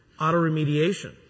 auto-remediation